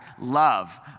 love